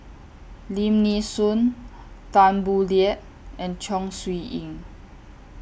Lim Nee Soon Tan Boo Liat and Chong Siew Ying